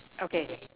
okay